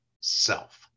self